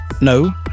No